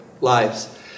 lives